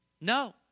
No